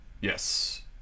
Yes